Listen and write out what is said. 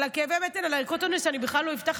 על כאבי הבטן על ערכות האונס אני בכלל לא אפתח,